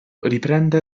riprende